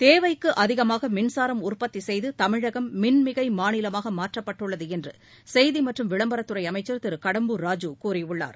தேவைக்கு அதிகமாக மின்சாரம் உற்பத்தி செய்து தமிழகம் மின்மிகை மாநிலமாக மாற்றப்பட்டுள்ளது என்று செய்தி மற்றும் விளம்பரத்துறை அமைச்சர் திரு கடம்பூர் ராஜூ கூறியுள்ளார்